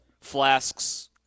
Flasks